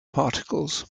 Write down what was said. particles